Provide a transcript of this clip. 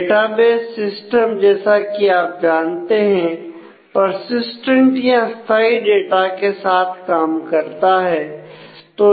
database system जैसा कि आप जानते हैं परसिस्टेंट या स्थाई डाटा के साथ काम करता है